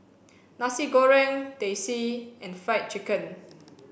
Nasi Goreng Teh C and fried chicken